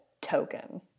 token